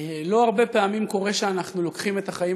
לא הרבה פעמים קורה שאנחנו לוקחים את החיים